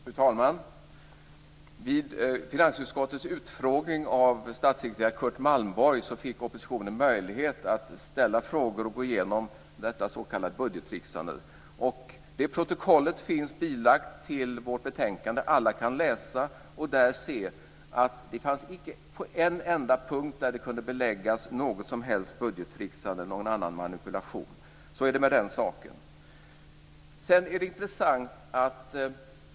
Fru talman! Vid finansutskottets utfrågning av statssekreterare Curt Malmborg fick oppositionen möjlighet att ställa frågor och gå igenom det s.k. budgettricksandet. Det protokollet finns bilagt till vårt betänkande. Alla kan läsa och se där att det inte fanns en enda punkt där något som helst budgettricksande eller annan manipulation kunde beläggas. Så är det med den saken.